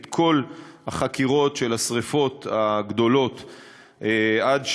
את כל החקירות של השרפות הגדולות עד,